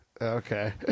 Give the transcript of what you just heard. Okay